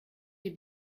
die